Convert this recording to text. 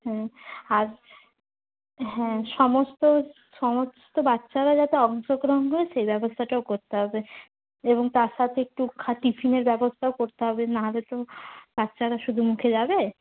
হ্যাঁ আর হ্যাঁ সমস্ত সমস্ত বাচ্চারা যাতে অংশগ্রহণ করে সেই ব্যবস্থাটাও করতে হবে এবং তার সাতে একটু খা টিফিনের ব্যবস্থাও করতে হবে নাহলে তো বাচ্চারা শুধু মুখে যাবে